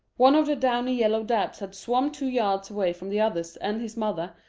one of the downy yellow dabs had swum two yards away from the others and his mother,